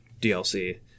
DLC